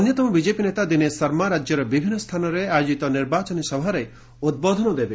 ଅନ୍ୟତମ ବିଜେପି ନେତା ଦୀନେଶ ଶର୍ମା ରାଜ୍ୟର ବିଭିନ୍ନ ସ୍ଥାନରେ ଆୟୋଜିତ ନିର୍ବାଚନୀ ସଭାରେ ଉଦ୍ବୋଧନ ଦେବେ